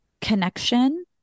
connection